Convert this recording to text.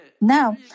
Now